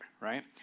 right